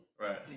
Right